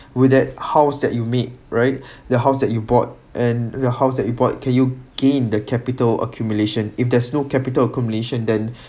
will that house that you made right the house that you bought and your house that you bought can you gain the capital accumulation if there is no capital accumulation then